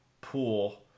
pool